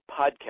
podcast